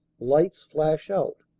lights flash out.